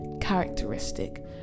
characteristic